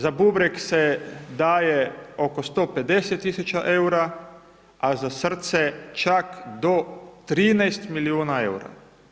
Za bubreg se daje oko 150 tisuća eura, a za srce čak do 13 milijuna eura.